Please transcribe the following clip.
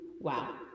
wow